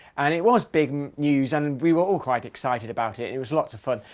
and it was big news. and and we were all quite excited about it. it was lots of fun.